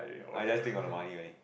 I just think of the money only